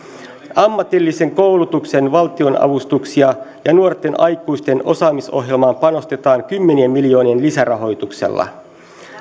ammatillisen koulutuksen valtionavustuksiin ja ja nuorten aikuisten osaamisohjelmaan panostetaan kymmenien miljoonien lisärahoituksella